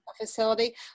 facility